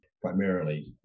primarily